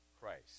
Christ